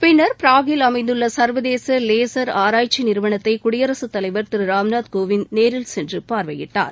பின்னர் பிராக்கில் அமைந்துள்ள சர்வதேச லேசர் ஆராய்ச்சி நிறுவனத்திதை குடியரசு தலைவர் திரு ராம்நாத் கோவிந்த் நேரில் சென்று பார்வையிட்டார்